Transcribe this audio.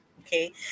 Okay